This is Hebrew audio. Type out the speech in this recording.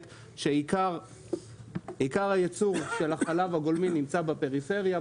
עיקר הייצור של החלב הגולמי נמצא בפריפריה,